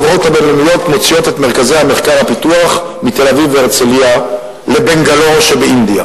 מוציאות את מרכזי המחקר והפיתוח מתל-אביב והרצלייה לבנגלור שבאינדיה,